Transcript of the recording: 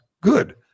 good